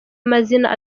mazina